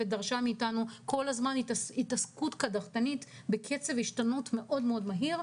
ודרשה מאיתנו כל הזמן התעסקות קדחתנית בקצב השתנות מאוד מאוד מהיר.